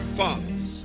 fathers